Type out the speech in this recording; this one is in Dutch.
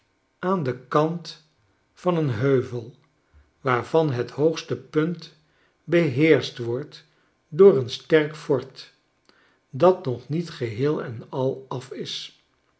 aan den kant van een heuvel waarvan het hoogste punt beheerscht wordt door een sterk fort dat nog niet geheel en al af is